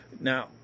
Now